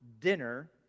dinner